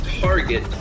target